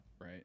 Right